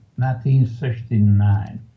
1969